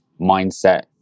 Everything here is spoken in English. mindset